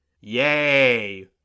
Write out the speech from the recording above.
Yay